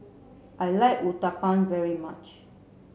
I like Uthapam very much